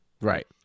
Right